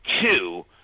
Two